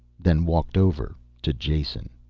then walked over to jason.